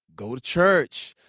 go to church.